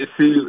see